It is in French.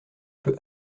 peut